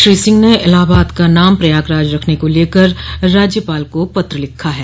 श्री सिंह ने इलाहाबाद का नाम प्रयागराज रखने को लेकर राज्यपाल को पत्र लिखा है